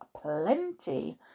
plenty